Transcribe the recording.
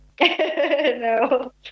No